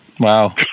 Wow